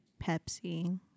Pepsi